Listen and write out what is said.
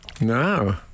No